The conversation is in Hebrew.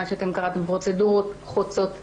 מה שאתם קראתם: פרוצדורות חוצות צוואר.